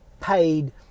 paid